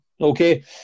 okay